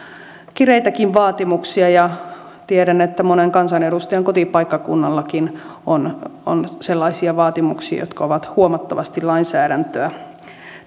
kireitäkin vaatimuksia ja tiedän että monen kansanedustajan kotipaikkakunnallakin on on sellaisia vaatimuksia jotka ovat huomattavasti lainsäädäntöä